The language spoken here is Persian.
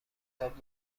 خطاب